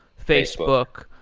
facebook,